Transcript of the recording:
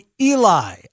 Eli